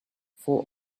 four